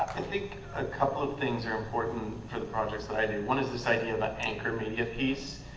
i think a couple of things are important for the projects that i do. one is this idea about anchor media piece.